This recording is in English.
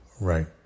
Right